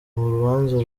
urubanza